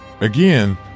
Again